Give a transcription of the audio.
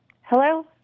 Hello